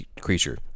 creature